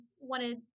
wanted